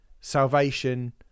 salvation